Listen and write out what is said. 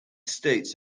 states